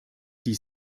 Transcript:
dies